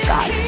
God